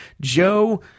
Joe